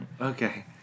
Okay